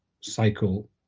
cycle